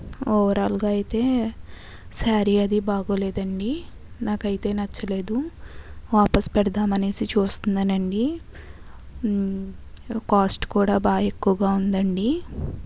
overall గా అయితే sorry అది బాగోలేదండి నాకైతే నచ్చలేదు వాపస్ పెడదామని చూస్తున్నానండి కాస్ట్ కూడా బాగా ఎక్కువగా ఉందండి